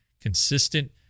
consistent